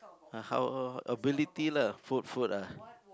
ah how ability lah food food ah